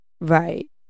Right